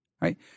right